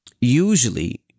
usually